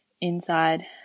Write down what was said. inside